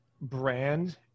brand